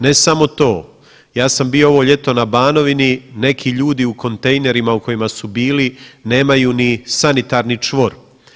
Ne samo to, ja sam bio ovo ljeto na Banovini neki ljudi u kontejnerima u kojima su bili nemaju ni sanitarni čvor.